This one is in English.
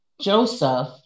Joseph